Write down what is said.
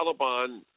Taliban